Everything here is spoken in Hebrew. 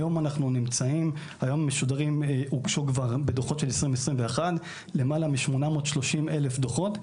היום הוגשו בדוחות של 2021 למעלה מ-830,000 דוחות,